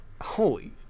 Holy